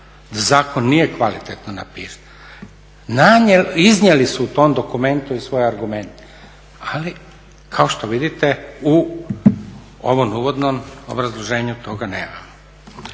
zakon nije kvalitetno napisan. Iznijeli su u tom dokumentu i svoje argumente, ali kao što vidite u ovom uvodnom obrazloženju toga nemamo.